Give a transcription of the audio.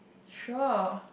sure